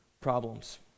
problems